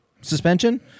suspension